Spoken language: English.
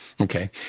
Okay